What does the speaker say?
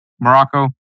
Morocco